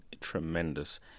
tremendous